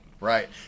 Right